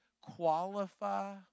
qualify